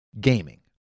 gaming